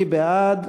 מי בעד?